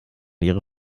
ihre